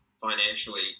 financially